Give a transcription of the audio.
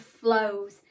flows